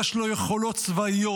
יש לו יכולות צבאיות.